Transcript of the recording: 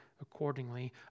accordingly